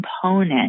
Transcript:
component